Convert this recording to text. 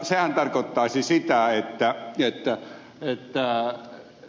sehän tarkoittaisi sitä että ed